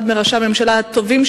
אחד מראשי הממשלה הטובים,